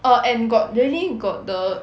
err and got really got the